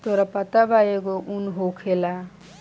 तोहरा पता बा एगो उन होखेला